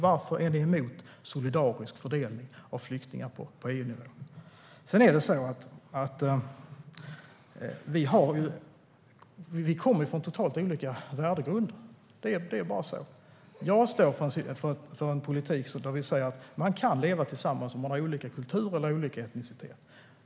Varför är ni emot en solidarisk fördelning av flyktingar på EU-nivå? Vi kommer från totalt olika värdegrunder. Det är bara så. Jag står för en politik där vi säger att människor kan leva tillsammans även om de har olika kulturer eller olika etniciteter.